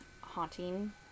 haunting